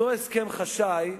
אותו הסכם חשאי,